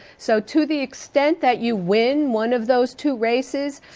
so to the extent that you win one of those two races,